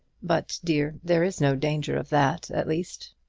but, dear, there is no danger of that at least.